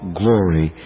glory